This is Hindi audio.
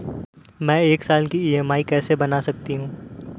मैं एक साल की ई.एम.आई कैसे बना सकती हूँ?